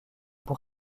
pour